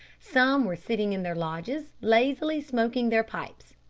some were sitting in their lodges, lazily smoking their pipes.